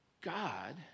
God